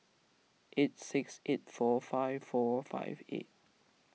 eight six eight four five four five eight